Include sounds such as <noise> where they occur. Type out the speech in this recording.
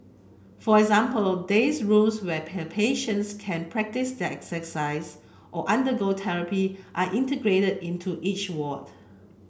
for example days rooms where <unintelligible> patients can practise their exercise or undergo therapy are integrated into each ward